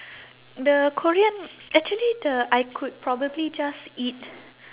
the korean actually the I could probably just eat